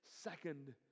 second